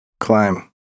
Climb